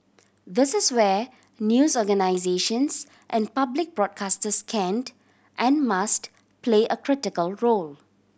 this is where news organisations and public broadcasters can't and must play a critical role